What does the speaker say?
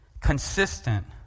consistent